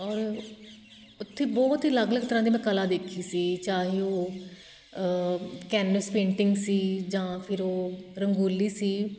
ਔਰ ਉੱਥੇ ਬਹੁਤ ਹੀ ਅਲੱਗ ਅਲੱਗ ਤਰ੍ਹਾਂ ਦੀ ਮੈਂ ਕਲਾ ਦੇਖੀ ਸੀ ਚਾਹੇ ਉਹ ਕੈਨੇਸ ਪੇਂਟਿੰਗ ਸੀ ਜਾਂ ਫਿਰ ਉਹ ਰੰਗੋਲੀ ਸੀ